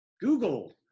Google